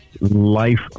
life